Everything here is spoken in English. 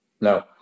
no